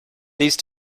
these